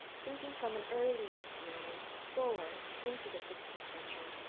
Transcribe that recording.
thinking from an earlier period forward into the sixteenth century,